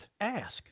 ask